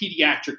pediatric